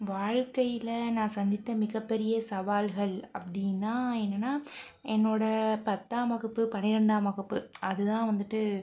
வாழ்க்கையில நான் சந்தித்த மிகப் பெரிய சவால்கள் அப்படினா என்னன்ன என்னோடய பத்தாம் வகுப்பு பனிரெண்டாம் வகுப்பு அது தான் வந்துட்டு